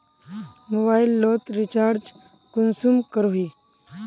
Mobile लोत recharge कुंसम करोही?